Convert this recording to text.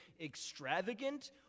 extravagant